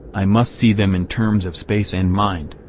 i must see them in terms of space and mind.